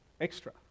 extra